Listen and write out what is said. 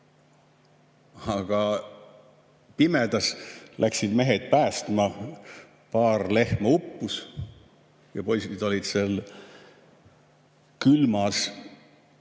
Pimedas läksid mehed päästma, paar lehma uppus. Poisid olid seal külmas